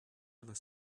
other